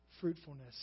fruitfulness